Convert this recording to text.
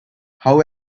how